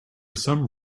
some